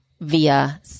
via